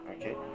okay